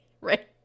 right